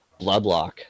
bloodlock